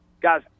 guys